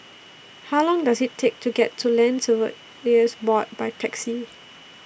How Long Does IT Take to get to Land Surveyors Board By Taxi